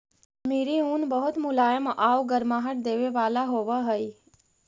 कश्मीरी ऊन बहुत मुलायम आउ गर्माहट देवे वाला होवऽ हइ